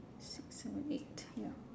six seven eight ya